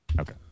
Okay